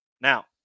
Now